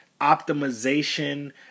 Optimization